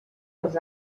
els